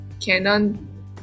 canon